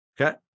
Okay